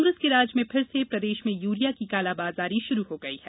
कांग्रेस के राज में फिर से प्रदेश में यूरिया की कालाबाजारी शुरू हो गयी है